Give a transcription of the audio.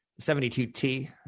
72T